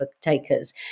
takers